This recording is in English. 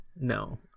no